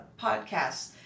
podcasts